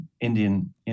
Indian